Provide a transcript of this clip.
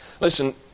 Listen